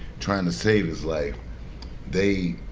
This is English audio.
trying to save his life they